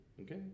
Okay